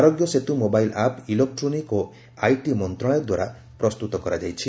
ଆରୋଗ୍ୟ Setu mobile app electronic ଓ IT ମନ୍ତ୍ରଣାଳୟଦ୍ୱାରା ପ୍ରସ୍ତୁତ କରାଯାଇଛି